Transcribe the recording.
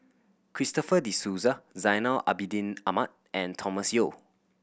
Christopher De Souza Zainal Abidin Ahmad and Thomas Yeo